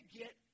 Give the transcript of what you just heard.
get